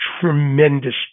tremendous